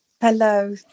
Hello